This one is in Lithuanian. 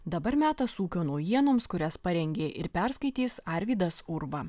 dabar metas ūkio naujienoms kurias parengė ir perskaitys arvydas urba